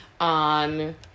on